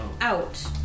out